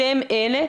אתם אלה,